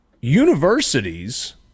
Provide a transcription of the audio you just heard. Universities